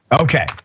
Okay